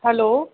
hello